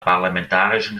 parlamentarischen